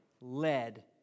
led